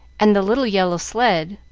and the little yellow sled,